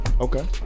Okay